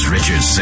Richard